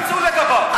ימליצו לגביו.